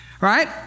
Right